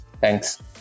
Thanks